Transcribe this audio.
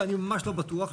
ואני ממש לא בטוח,